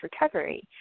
recovery